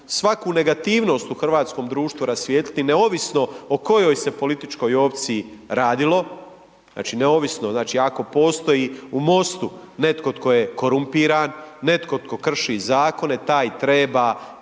svaku negativnost u hrvatskom društvu rasvijetliti, neovisno o kojoj se političkoj opciji radilo. Neovisno. Znači ako postoji u Mostu netko tko je korumpiran, netko tko krši zakone, taj treba